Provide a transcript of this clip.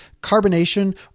carbonation